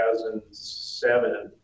2007